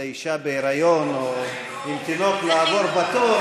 לאישה בהיריון או עם תינוק לעבור בתור,